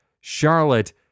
Charlotte